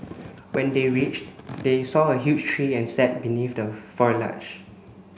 when they reached they saw a huge tree and sat beneath the foliage